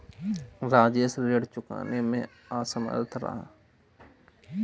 राजेश ऋण चुकाने में असमर्थ रहा